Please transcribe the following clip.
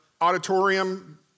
auditorium